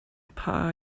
paar